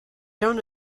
don’t